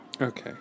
Okay